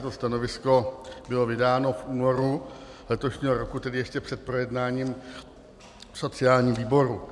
To stanovisko bylo vydáno v únoru letošního roku, tedy ještě před projednáním v sociálním výboru.